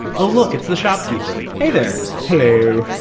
oh, look, it's the shopkeeper. hey there. hello,